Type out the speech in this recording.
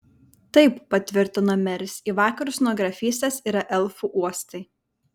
taip patvirtino meris į vakarus nuo grafystės yra elfų uostai